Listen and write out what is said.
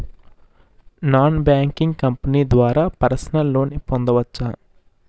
Non banking company ద్వారా personal loan పొందవచ్చా?